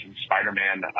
Spider-Man